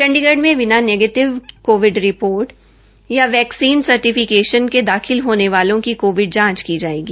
चंडीगढ़ में बिना negative Covid report या वैक्सीन सर्टीफिकेट के दाखिल होने वालों की कोविड जांच की जायेगी